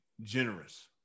generous